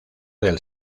del